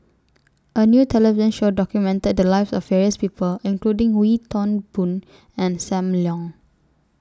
A New television Show documented The Lives of various People including Wee Toon Boon and SAM Leong